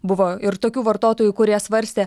buvo ir tokių vartotojų kurie svarstė